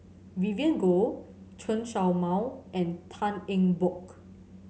Vivien Goh Chen Show Mao and Tan Eng Bock